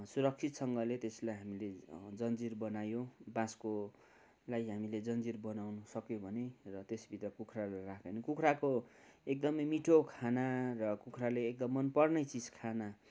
सुरक्षितसँगले त्यसलाई हामीले जन्जिर बनायो बाँसकोलाई हामीले जन्जिर बनाउनुसक्यो भने र त्यस भित्र कुखुराहरू राख्यो भने कुखुराको एकदमै मिठो खाना र कुखुराले एकदमै मनपर्ने चिज खाना